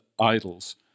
idols